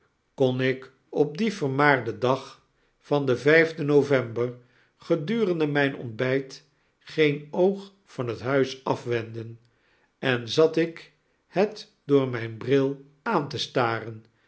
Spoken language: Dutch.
kon ik op dien vermaarden dag van den vyfden november gedurende myn ontbyt geen oog van het huis afwenden en zat ik het door mijn bril aan te staren